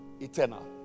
Eternal